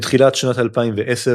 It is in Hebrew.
מתחילת שנות ה-2010,